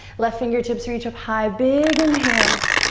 left fingertips reach up high. big inhale.